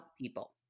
people